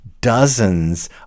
dozens